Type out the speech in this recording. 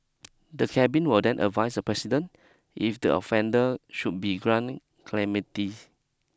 the cabin will then advise the President if the offender should be grant clemency